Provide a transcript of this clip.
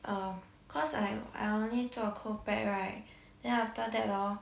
uh cause I I only 做 co pack right then after that hor